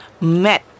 Met